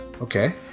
Okay